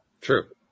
True